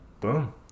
boom